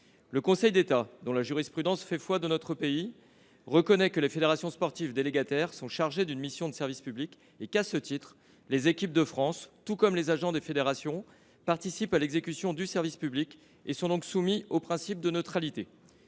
Le Conseil d’État, dont la jurisprudence fait évidemment foi dans notre pays, reconnaît que les fédérations sportives délégataires sont chargées d’une mission de service public et que, à ce titre, les équipes de France et les agents des fédérations participent à l’exécution du service public et sont donc soumis au principe de neutralité.